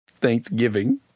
Thanksgiving